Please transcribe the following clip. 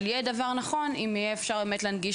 אבל יהיה דבר נכון אם יהיה אפשר להנגיש